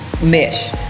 mesh